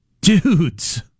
Dudes